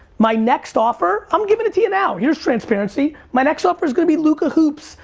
my next offer, i'm giving it to you now. here's transparency, my next offer's gonna be luka hoops.